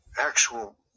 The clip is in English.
actual